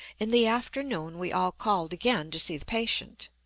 in the afternoon we all called again to see the patient.